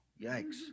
yikes